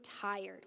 tired